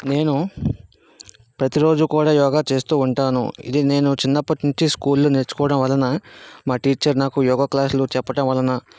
నేను ప్రతిరోజు కూడా యోగా చేస్తూ ఉంటాను ఇది నేను చిన్నప్పటి నుంచి స్కూల్లో నేర్చుకోవడం వలన మా టీచర్ నాకు యోగా క్లాసులు చెప్పటం వలన